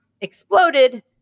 exploded